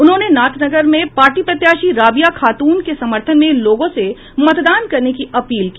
उन्होंने नाथनगर में पार्टी प्रत्याशी राबिया खातून के समर्थन में लोगों से मतदान करने की अपील की